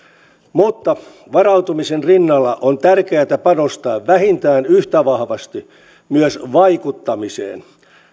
mutta varautumisen rinnalla on tärkeätä panostaa vähintään yhtä vahvasti myös vaikuttamiseen